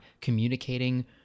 communicating